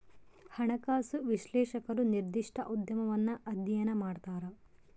ಹಣಕಾಸು ವಿಶ್ಲೇಷಕರು ನಿರ್ದಿಷ್ಟ ಉದ್ಯಮವನ್ನು ಅಧ್ಯಯನ ಮಾಡ್ತರ